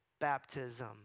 baptism